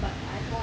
but